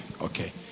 Okay